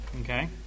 okay